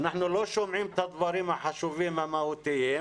אנחנו לא שומעים את הדברים החשובים המהותיים,